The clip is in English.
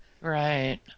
Right